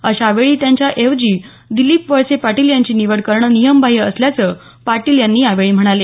अशा वेळी त्यांच्या ऐवजी दिलीप वळसे पाटील यांची निवड करणे नियमबाह्य असल्याचं पाटील यावेळी म्हणाले